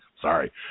Sorry